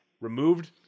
Removed